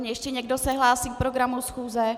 Ještě někdo se hlásí k programu schůze?